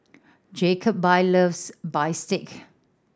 Jacoby loves bistake